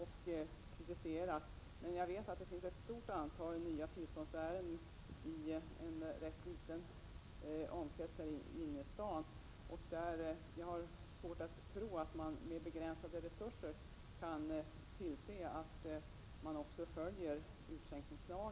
Men jag vet att det finns ett stort antal nya tillståndsärenden som gäller en rätt liten omkrets i innerstaden, och jag har svårt att tro att man där med begränsade resurser kan tillse att utskänkningslagen också följs.